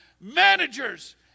managers